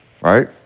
right